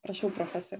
prašau profesore